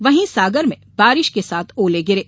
वहीं सागर में बारिश के साथ ओले गिरे